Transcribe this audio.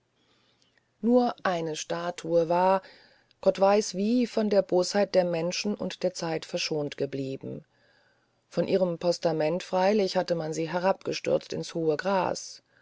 nur eine statue war gott weiß wie von der bosheit der menschen und der zeit verschont geblieben von ihrem postamente freilich hatte man sie herabgestürzt ins hohe gras